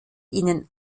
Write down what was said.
ihnen